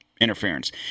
interference